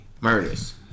Murders